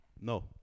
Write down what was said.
No